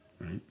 right